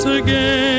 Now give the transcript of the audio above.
again